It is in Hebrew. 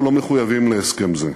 אנחנו לא מחויבים להסכם זה,